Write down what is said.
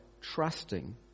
trusting